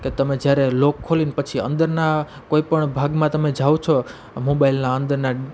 કે તમે જ્યારે લોક ખોલીને પછી અંદરના કોઈ પણ ભાગમાં તમે જાઓ છો મોબાઇલના અંદરના